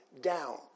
down